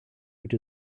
which